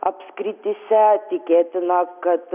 apskrityse tikėtina kad